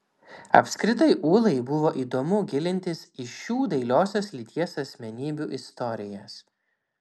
apskritai ūlai buvo įdomu gilintis į šių dailiosios lyties asmenybių istorijas